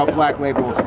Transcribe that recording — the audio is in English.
um black label.